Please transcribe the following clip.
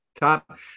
Top